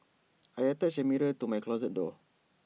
I attached A mirror to my closet door